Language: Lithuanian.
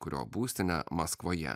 kurio būstinė maskvoje